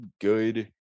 good